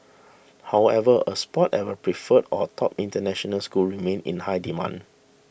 however a spot at a preferred or top international school remains in high demand